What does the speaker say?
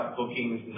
bookings